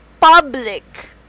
public